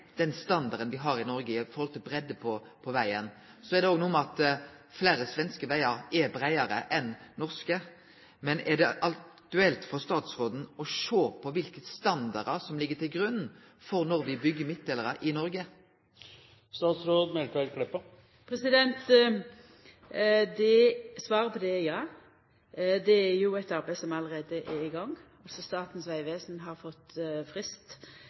den standarden me har i Noreg med omsyn til breidda på vegen. Så er det også noko med at fleire svenske vegar er breiare enn dei norske. Så mitt spørsmål er: Er det aktuelt for statsråden å sjå på kva for standardar som ligg til grunn for når me byggjer midtdelarar i Noreg? Svaret på det er ja. Det er jo eit arbeid som allereie er i gang. Statens vegvesen har fått frist